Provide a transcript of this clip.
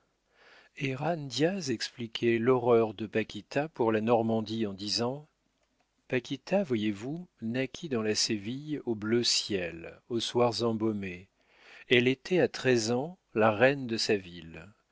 et jan diaz expliquait l'horreur de paquita pour la normandie en disant paquita voyez-vous naquit dans la séville au bleu ciel aux soirs embaumés elle était à treize ans la reine de sa ville